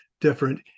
different